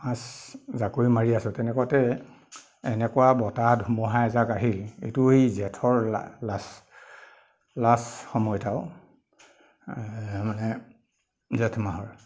মাছ জাকৈ মাৰি আছো তেনেকুৱাতে এনেকুৱা বতাহ ধুমুহা এজাক আহিল এইটো এই জেঠৰ লাষ্ট লাষ্ট সময়ত আৰু মানে জেঠ মাহৰ